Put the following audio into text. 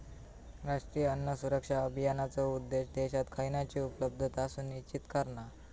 राष्ट्रीय अन्न सुरक्षा अभियानाचो उद्देश्य देशात खयानची उपलब्धता सुनिश्चित करणा